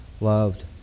loved